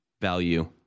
value